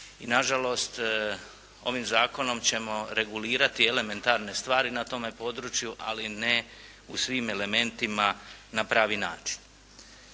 I nažalost, ovim Zakonom ćemo regulirati elementarne stvari na tome području, ali ne na svim elementima na pravi način.